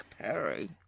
Perry